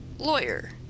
lawyer